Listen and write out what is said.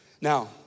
Now